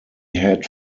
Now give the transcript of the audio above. had